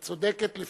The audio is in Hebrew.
את צודקת.